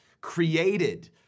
created